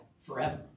forever